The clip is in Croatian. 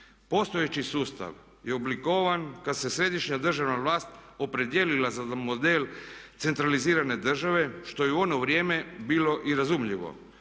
Postojeći sustav je oblikovan kad se središnja državna vlast opredijelila za model centralizirane države što je u ono vrijeme bilo i razumljivo.